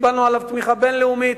שקיבלנו עליו תמיכה בין-לאומית,